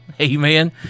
Amen